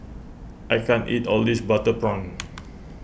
I can't eat all this Butter Prawn